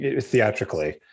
theatrically